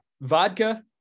Vodka